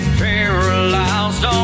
paralyzed